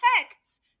effects